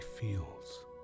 feels